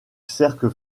cercle